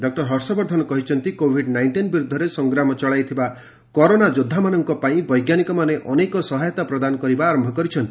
doctor Harshvardhan କହିଛନ୍ତି covid nineteen ବିରୁଦ୍ଧରେ ସଂଗ୍ରାମ ଚଳାଇଥିବା କରୋନା ଯୋଦ୍ଧାମାନଙ୍କ ପାଇଁ ବୈଜ୍ଞାନିକମାନେ ଅନେକ ସହାୟତା ପ୍ରଦାନ କରିବା ଆରମ୍ଭ କରିଛନ୍ତି